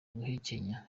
guhekenya